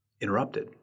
interrupted